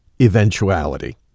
eventuality